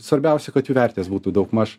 svarbiausia kad jų vertės būtų daugmaž